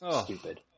stupid